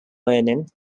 learning